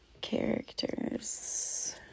characters